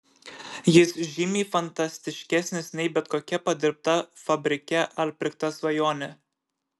jis žymiai fantastiškesnis nei bet kokia padirbta fabrike ar pirkta svajonė